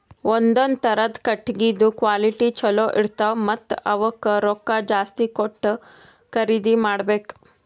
ಒಂದೊಂದ್ ಥರದ್ ಕಟ್ಟಗಿದ್ ಕ್ವಾಲಿಟಿ ಚಲೋ ಇರ್ತವ್ ಮತ್ತ್ ಅವಕ್ಕ್ ರೊಕ್ಕಾ ಜಾಸ್ತಿ ಕೊಟ್ಟ್ ಖರೀದಿ ಮಾಡಬೆಕ್